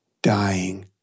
dying